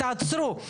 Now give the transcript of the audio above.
תעצרו.